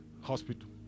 hospital